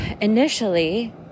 Initially